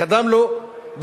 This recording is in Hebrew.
קדם לו ברק,